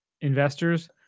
investors